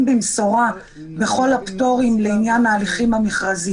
במשורה בכל הפטורים לעניין ההליכים המכרזיים.